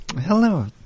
Hello